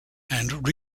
and